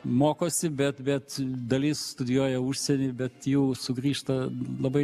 mokosi bet bet dalis studijuoja užsieny bet jau sugrįžta labai